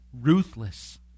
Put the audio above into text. ruthless